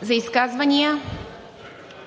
ПРЕДСЕДАТЕЛ